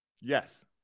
Yes